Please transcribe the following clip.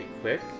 quick